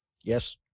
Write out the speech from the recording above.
Yes